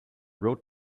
road